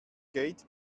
gate